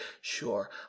Sure